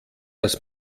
dass